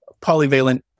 polyvalent